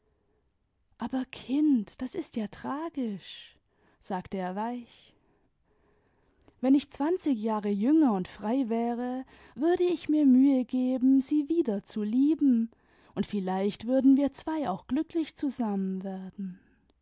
aber kind das ist ja tragisch sagte er weich wenn ich zwanzig jahre jünger und frei wäre würde ich mir mühe geben sie wieder zu lieben und vielleicht würden wir zwei auch glücklich zusammen werden